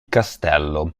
castello